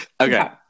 Okay